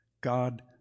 God